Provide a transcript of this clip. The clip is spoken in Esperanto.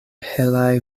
helaj